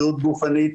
בריאות גופנית,